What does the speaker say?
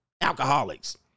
alcoholics